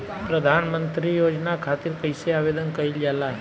प्रधानमंत्री योजना खातिर कइसे आवेदन कइल जाला?